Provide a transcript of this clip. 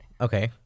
Okay